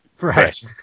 right